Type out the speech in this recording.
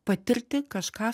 patirti kažką